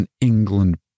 England